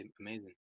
amazing